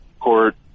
court